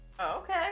Okay